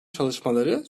çalışmaları